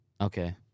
Okay